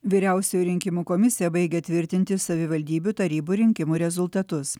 vyriausioji rinkimų komisija baigė tvirtinti savivaldybių tarybų rinkimų rezultatus